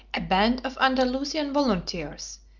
a band of andalusian volunteers,